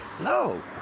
No